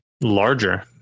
larger